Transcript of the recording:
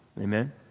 Amen